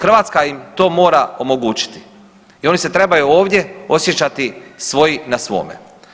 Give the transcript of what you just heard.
Hrvatska im to mora omogućiti i oni se trebaju ovdje osjećati svoji na svome.